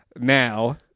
now